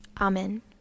Amen